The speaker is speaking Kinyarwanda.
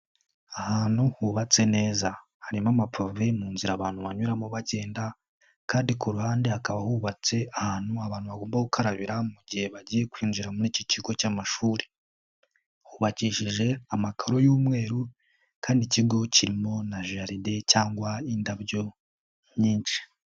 Ahantu hubatse neza harimo amapave mu nzira abantu banyuramo bagenda kandi ku ruhande hakaba hubatse ahantu abantu bagomba gukarabira mu gihe bagiye kwinjira muri iki kigo cy'amashuri. Hubakishije amakaro y'umweru kandi ikigo kirimo na jaride cyangwa indabyo nyinshi.